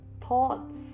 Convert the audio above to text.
thoughts